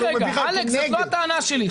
אלכס, זו לא הטענה שלי.